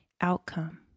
outcome